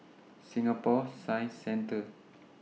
Singapore Science Centre